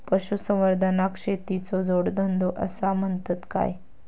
पशुसंवर्धनाक शेतीचो जोडधंदो आसा म्हणतत काय?